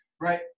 Right